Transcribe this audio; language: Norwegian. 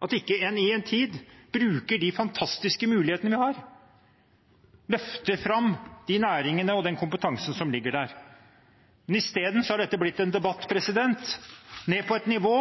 en ikke bruker de fantastiske mulighetene vi har, løfter fram de næringene og den kompetansen som ligger der. I stedet har dette blitt en debatt nede på et nivå